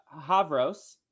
Havros